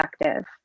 effective